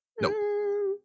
No